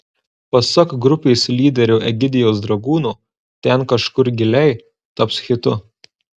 pasak grupės lyderio egidijaus dragūno ten kažkur giliai taps hitu